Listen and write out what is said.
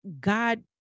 God